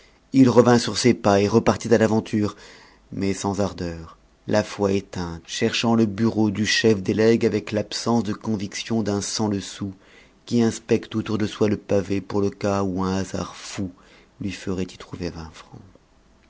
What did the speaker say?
il revint sur ses pas et repartit à l'aventure mais sans ardeur la foi éteinte cherchant le bureau du chef des legs avec l'absence de conviction d'un sans le sou qui inspecte autour de soi le pavé pour le cas où un hasard fou lui ferait y trouver vingt francs